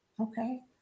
okay